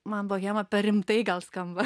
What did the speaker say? man bohema per rimtai gal skamba